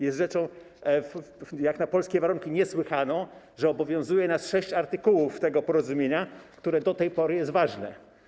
Jest rzeczą jak na polskie warunki niesłychaną, że obowiązuje nas sześć artykułów tego porozumienia, które do tej pory jest ważne.